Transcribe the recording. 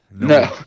No